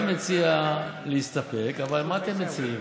אני מציע להסתפק, אבל מה אתם מציעים?